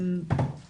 לגבי